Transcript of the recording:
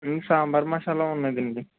హుమ్ సాంబార్ మసాలా ఉన్నాదండి